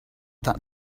that